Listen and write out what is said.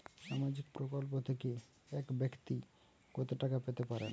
সামাজিক প্রকল্প থেকে এক ব্যাক্তি কত টাকা পেতে পারেন?